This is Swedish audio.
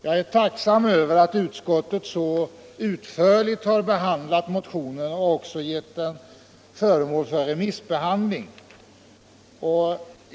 Jag är tacksam Över att utskottet behandlat motionen så utförligt och även låtit den bli föremål för remissbehandling.